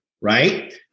right